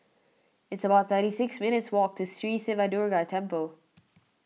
it's about thirty six minutes' walk to Sri Siva Durga Temple